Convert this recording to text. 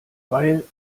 weil